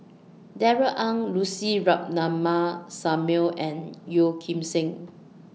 Darrell Ang Lucy Ratnammah Samuel and Yeoh Ghim Seng